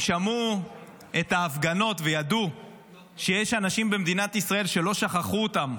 הם שמעו את ההפגנות וידעו שיש אנשים במדינת ישראל שלא שכחו אותם,